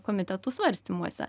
komitetų svarstymuose